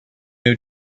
new